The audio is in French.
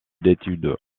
d’études